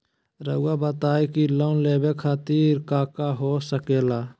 रउआ बताई की लोन लेवे खातिर काका हो सके ला?